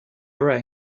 array